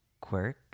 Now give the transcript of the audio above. quirk